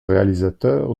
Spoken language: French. réalisateur